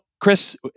Chris